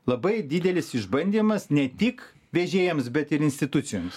labai didelis išbandymas ne tik vežėjams bet ir institucijoms